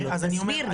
תסביר לי.